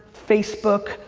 facebook,